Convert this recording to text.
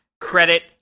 credit